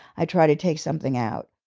i tried to take something out